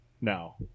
now